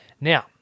Now